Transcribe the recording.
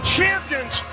champions